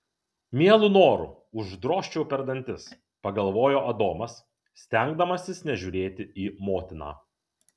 mielu noru uždrožčiau per dantis pagalvojo adomas stengdamasis nežiūrėti į motiną